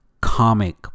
comic